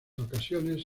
ocasiones